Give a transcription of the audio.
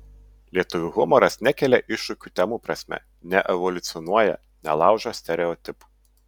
lietuvių humoras nekelia iššūkių temų prasme neevoliucionuoja nelaužo stereotipų